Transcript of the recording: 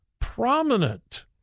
Prominent